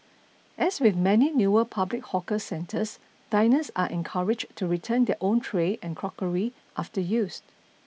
as with many newer public hawker centres diners are encouraged to return their own tray and crockery after use